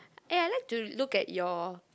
eh I like to look at your